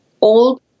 old